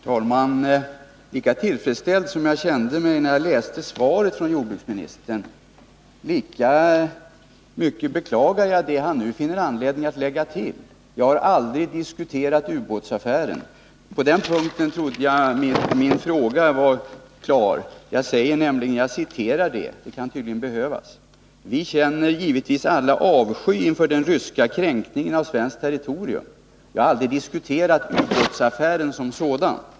Herr talman! Lika tillfredsställd som jag kände mig när jag lyssnade till jordbruksministerns svar, lika mycket beklagar jag det han nu finner anledning att tillägga. Jag har inte diskuterat ubåtsaffären. På den punkten trodde jag att min fråga var klart formulerad. Jag citerar inledningen till frågan — det kan tydligen behövas: ”Vi känner givetvis alla avsky inför den ryska kränkningen av svenskt territorium.” Jag har aldrig diskuterat ubåtsaffären som sådan.